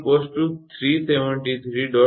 27 373